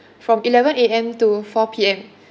from eleven A_M to four P_M